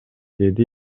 деди